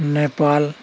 Nepal